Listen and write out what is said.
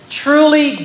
truly